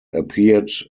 appeared